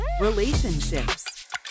relationships